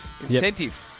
incentive